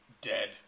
dead